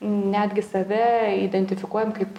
netgi save identifikuojant kaip